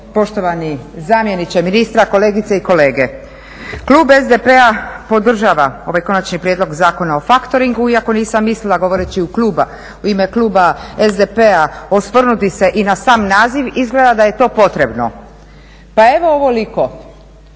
poštovani zamjeniče ministra, kolegice i kolege. Klub SDP-a podržava ovaj Konačni prijedlog Zakona o faktoringu. Iako nisam mislila govoreći u ime kluba SDP-a osvrnuti se i na sam naziv izgleda da je to potrebno. Pa evo ovoliko,